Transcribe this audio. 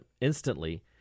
instantly